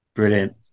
Brilliant